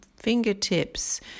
fingertips